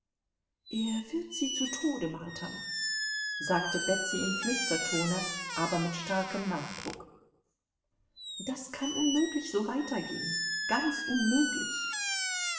er wird sie zu tode martern sagte betsy im flüstertone aber mit starkem nachdruck das kann unmöglich so weitergehen ganz unmöglich